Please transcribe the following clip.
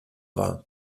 war